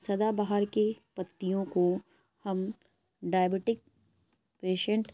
سدا بہار کے پتیوں کو ہم ڈائبیٹک پیشینٹ